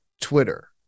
Twitter